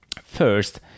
First